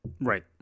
right